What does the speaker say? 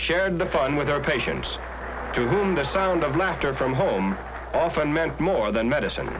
shared the fun with their patients to whom the sound of laughter from home often meant more than medicine